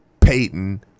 Peyton